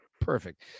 perfect